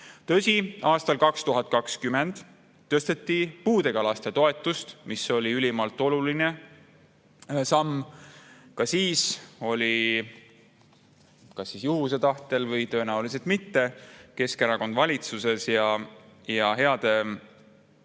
Tõsi, aastal 2020 tõsteti puudega laste toetust, mis oli ülimalt oluline samm. Ka siis oli kas juhuse tahtel või tõenäoliselt mitte Keskerakond valitsuses ja heade